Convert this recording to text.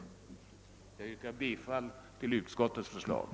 Jag yrkar bifall till utskottets hemställan.